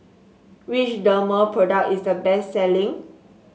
which Dermale product is the best selling